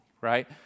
right